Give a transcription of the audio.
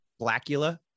blackula